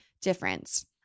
difference